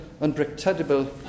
unpredictable